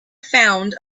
found